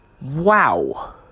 Wow